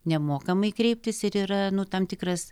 nemokamai kreiptis ir yra nu tam tikras